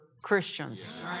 Christians